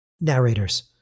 Narrators